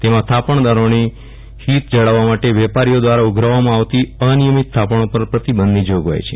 તેમાં થાપણદારોનાં ફીત જાળવવા માટે વેપારીઓ દ્વારા ઉઘરાવવામાં આવતી અનિયમિત થાપણો પર પ્રતિબંધની જાગવાઇ છે